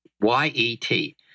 Y-E-T